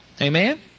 Amen